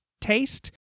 taste